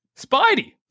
Spidey